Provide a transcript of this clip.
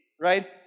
right